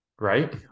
right